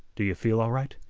do yeh feel all right?